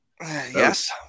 yes